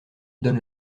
donne